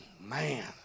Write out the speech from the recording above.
Man